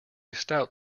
stout